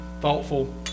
thoughtful